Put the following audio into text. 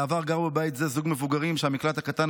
בעבר גרו בבית זה זוג מבוגרים שהמקלט הקטן